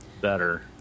better